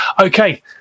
Okay